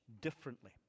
differently